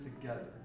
together